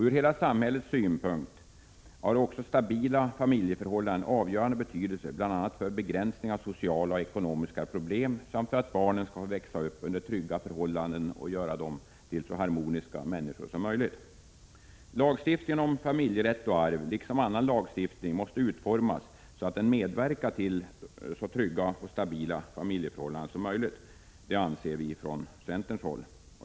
Ur hela samhällets synpunkt har också stabila familjeförhållanden avgörande betydelse, bl.a. när det gäller att minska sociala och ekonomiska problem samt för att barnen skall få växa upp under trygga förhållanden som gör dem till så harmoniska människor som möjligt. Lagstiftningen om familjerätt och arv, liksom annan lagstiftning, måste utformas så att den medverkar till så trygga och stabila familjeförhållanden som möjligt. Det anser vi från centerns håll.